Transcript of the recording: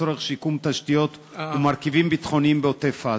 לצורך שיקום תשתיות ומרכיבים ביטחוניים בעוטף-עזה.